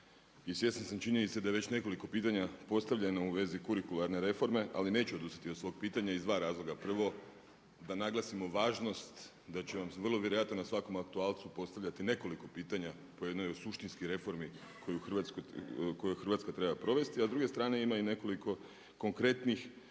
i svjestan sam činjenice da je već nekoliko pitanja postavljeno u vezi kurikularne reforme ali neću odustati od svog pitanja iz dva razloga. Prvo, da naglasimo važnost da ću vam vrlo vjerojatno na svakom aktualcu postavljati nekoliko pitanja po jednoj suštinskoj reformi koju Hrvatska treba provesti. A s druge strane ima i nekoliko konkretnih